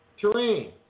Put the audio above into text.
terrain